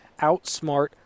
outsmart